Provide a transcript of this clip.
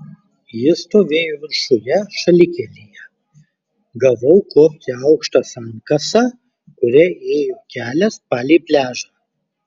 jis stovėjo viršuje šalikelėje gavau kopti aukšta sankasa kuria ėjo kelias palei pliažą